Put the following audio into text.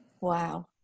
Wow